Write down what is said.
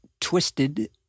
Twisted